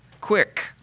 quick